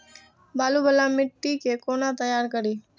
बालू वाला मिट्टी के कोना तैयार करी?